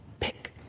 Pick